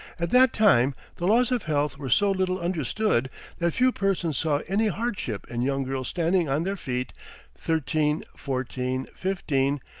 at that time the laws of health were so little understood that few persons saw any hardship in young girls standing on their feet thirteen, fourteen, fifteen,